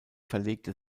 verlegte